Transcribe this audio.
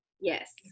Yes